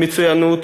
מצוינות